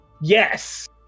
Yes